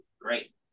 Great